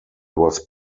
was